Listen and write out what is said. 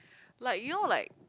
like you know like